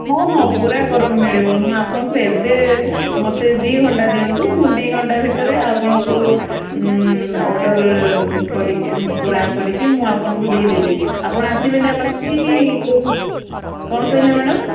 ହଁ ହଁ ପୁରା ଗରମ ମିଳିବ ମୁଁ ଆପଣଙ୍କୁ ଏବେ ମତେ ଦୁଇ ଘଣ୍ଟା ଦିଅନ୍ତୁ ମୁଁ ଦୁଇ ଘଣ୍ଟା ଭିତରେ ଆପଣଙ୍କୁ ଅର୍ଡର୍ କରି ପୁରା କରିକି ମୁଁ ଆପଣଙ୍କୁ ଦେଇଦେବି ଆପଣ ଆସିବେ ନେବାକୁ କି କୋଉ କ'ଣ କହିଲେ ମ୍ୟାଡମ୍